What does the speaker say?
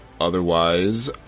Otherwise